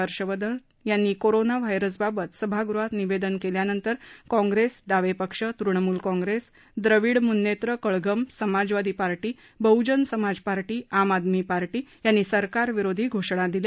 हर्षवर्धन यांनी कोरोना व्हायरसबाबत सभागृहात निवेदन केल्यानंतर काँग्रेस डावे पक्ष तृणमूल काँग्रेस द्रविडम्न्नेत्र कळघम समाजवादी पार्टी बह्जनसमाज पार्टी आम आदमी पार्टी यांनी सरकारविरोधी घोषणा दिल्या